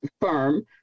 firm